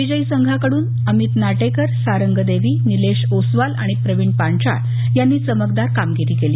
विजयी संघाकडून अमित नाटेकर सारंग देवी निलेश ओसवाल आणि प्रवीण पांचाळ यांनी चमकदार कामगिरी केली